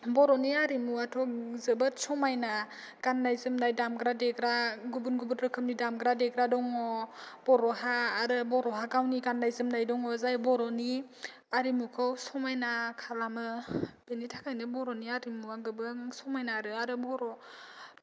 बर'नि आरिमुवाथ' जोबोद समायना गाननाय जोमनाय दामग्रा देग्रा गुबुन गुबुन रोखोमनि दामग्रा देग्रा दङ बर' हा आरो बर'हा गावनि गाननाय जोमनाय दङ जाय बर'नि आरिमुखौ समायना खालामो बेनि थाखायनो बर'नि आरिमुवा गोबां समायनाआरो आरो बर'